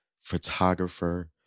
photographer